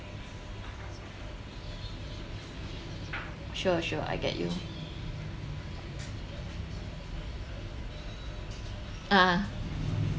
sure sure I get you ah